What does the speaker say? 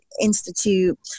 institute